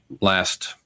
last